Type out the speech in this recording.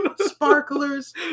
sparklers